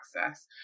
access